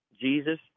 Jesus